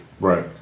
Right